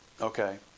okay